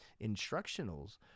instructionals